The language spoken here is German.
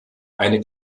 eine